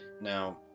Now